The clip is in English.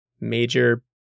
Major